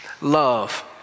love